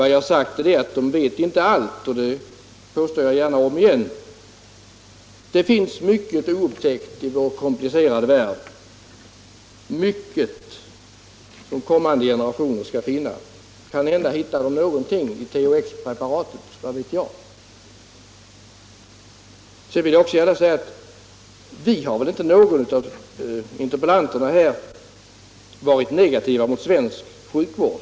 Vad jag sagt är att de inte vet allt, och det påstår jag gärna om igen. Det finns mycket oupptäckt i vår komplicerade värld, mycket som kommande generationer kommer att upptäcka. Kanhända hittar de då också något i THX-preparatet, som vi inte känner till. Vad vet jag? Sedan vill jag också säga att ingen av interpellanterna har varit negativ till svensk sjukvård.